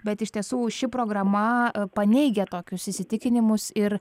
bet iš tiesų ši programa paneigia tokius įsitikinimus ir